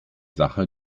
sache